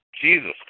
Jesus